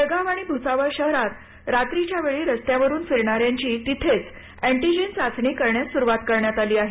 जळगाव आणि भुसावळ शहरात रात्रीच्या वेळी रस्त्यावरून फिरणाऱ्यांची तिथेच अँटीजेन चाचणी करण्यास सुरुवात करण्यात आली आहे